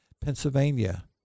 Pennsylvania